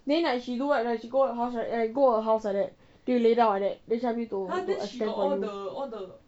then like she do right like she go your house like go her house like that they lay down like that then she help you to extend for you